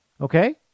Okay